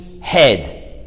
head